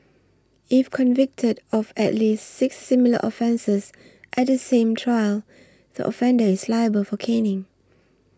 if convicted of at least six similar offences at the same trial the offender is liable for caning